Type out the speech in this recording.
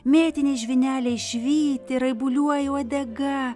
mėtiniai žvyneliai švyti raibuliuoja uodega